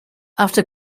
after